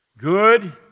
Good